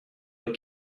les